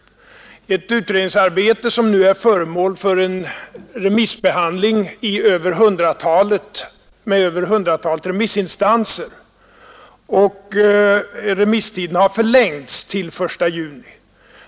Tiden för det utredningsarbete, som nu är föremål för remissbehandling i över hundratalet instanser, har förlängts till 1 juni.